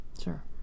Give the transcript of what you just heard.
Sure